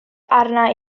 arna